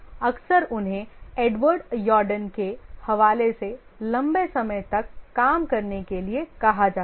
अक्सर उन्हें Edward Yourdon के हवाले से लंबे समय तक काम करने के लिए कहा जाता है